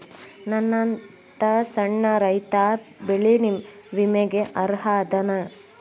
ನನ್ನಂತ ಸಣ್ಣ ರೈತಾ ಬೆಳಿ ವಿಮೆಗೆ ಅರ್ಹ ಅದನಾ?